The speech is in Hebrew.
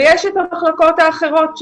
ויש את המחלקות האחרות,